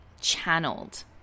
channeled